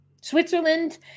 Switzerland